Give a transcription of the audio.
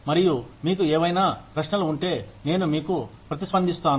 మరియు మీకు ఏవైనా ప్రశ్నలు ఉంటే నేను మీకు ప్రతిస్పందిస్తాను